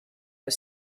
the